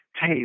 hey